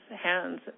hands